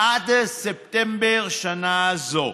עד ספטמבר שנה זו.